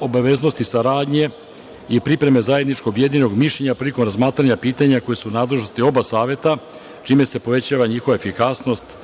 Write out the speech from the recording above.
obaveznosti saradnje i pripreme zajedničkog objedinjenog mišljenja prilikom razmatranja pitanja koja su u nadležnosti oba saveta, čime se povećava njihova efikasnost,